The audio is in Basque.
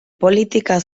politika